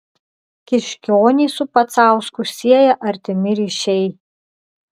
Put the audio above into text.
kiškionį su pacausku sieja artimi ryšiai